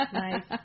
nice